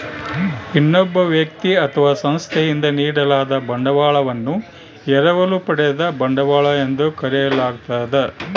ಇನ್ನೊಬ್ಬ ವ್ಯಕ್ತಿ ಅಥವಾ ಸಂಸ್ಥೆಯಿಂದ ನೀಡಲಾದ ಬಂಡವಾಳವನ್ನು ಎರವಲು ಪಡೆದ ಬಂಡವಾಳ ಎಂದು ಕರೆಯಲಾಗ್ತದ